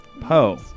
Poe